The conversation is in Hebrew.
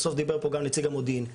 בסוף דיבר פה גם נציג המודיעין,